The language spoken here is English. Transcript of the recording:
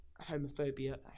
homophobia